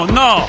no